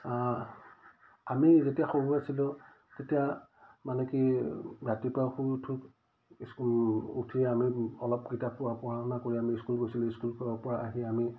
আমি যেতিয়া সৰু আছিলোঁ তেতিয়া মানে কি ৰাতিপুৱা শুই উঠোঁ স্ক উঠি আমি অলপ কিতাপ প পঢ়া শুনা কৰি আমি স্কুল গৈছিলোঁ স্কুলৰ পৰা আহি আমি